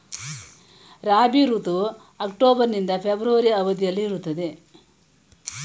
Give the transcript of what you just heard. ರಾಬಿ ಋತುವು ಅಕ್ಟೋಬರ್ ನಿಂದ ಫೆಬ್ರವರಿ ಅವಧಿಯಲ್ಲಿ ಇರುತ್ತದೆ